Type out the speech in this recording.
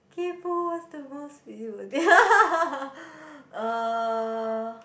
kaypo was the most busy word uh